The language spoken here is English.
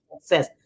success